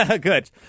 Good